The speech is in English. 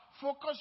Focus